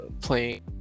playing